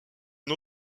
une